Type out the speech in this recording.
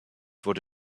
wurde